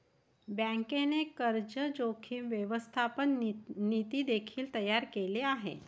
बँकेने कर्ज जोखीम व्यवस्थापन नीती देखील तयार केले आहे